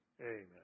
Amen